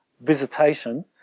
visitation